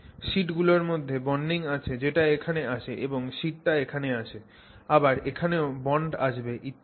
sheet গুলোর মধ্যে bonding আছে যেটা এখানে আসে এবং শিটটা এখানে আসে আবার এখানেও বন্ড আসবে ইত্যাদি